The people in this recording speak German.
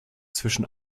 zwischen